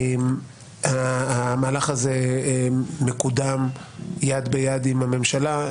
המהלך הזה מקודם יד ביד עם הממשלה,